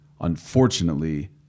unfortunately